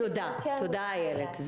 תודה, איילת.